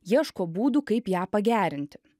ieško būdų kaip ją pagerinti